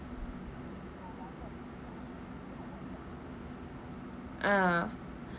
ah